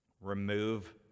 Remove